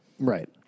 Right